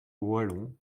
wallon